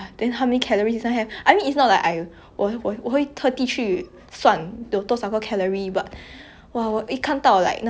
!wah! 我一看到 like 那些人吃一直吃吃吃吃吃着有病出来我看到很怕 then ya